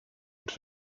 und